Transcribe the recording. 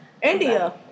India